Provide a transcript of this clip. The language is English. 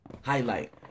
highlight